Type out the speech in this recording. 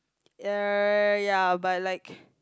uh ya but like